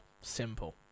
Simple